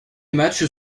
matchs